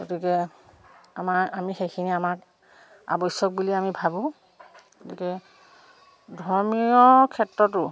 গতিকে আমাৰ আমি সেইখিনি আমাক আৱশ্যক বুলিয়েই আমি ভাবোঁ গতিকে ধৰ্মীয় ক্ষেত্ৰতো